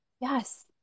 Yes